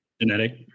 Genetic